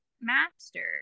master